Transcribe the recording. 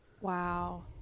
Wow